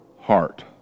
heart